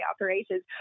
operations